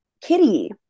Kitty